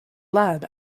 lab